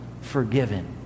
forgiven